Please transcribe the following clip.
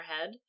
head